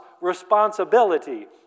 responsibility